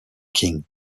king